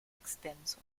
extenso